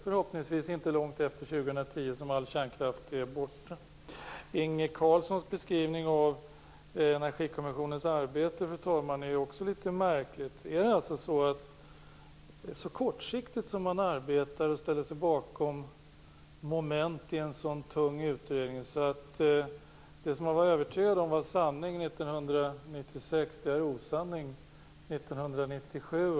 Förhoppningsvis är all kärnkraft borta inte långt efter Fru talman! Inge Carlssons beskrivning av Energikommissionens arbete är också märklig. Det verkar som om man har arbetat mycket kortsiktigt i en utredning som var så tung. Det som man var övertygad om var sanning 1996 är osanning 1997.